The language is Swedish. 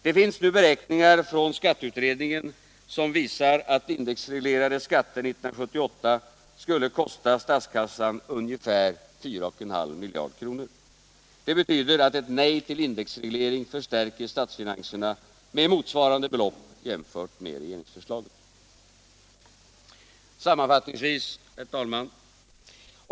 Det finns nu beräkningar från skatteutredningen som visar att indexreglerade skatter 1978 skulle kosta statskassan ungefär 4,5 miljarder kronor. Det betyder att ett nej till indexreglering förstärker statsfinanserna med motsvarande belopp jämfört med regeringsförslaget. Sammanfattningsvis, herr talman!